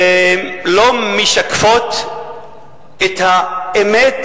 לא משקפות את האמת,